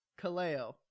kaleo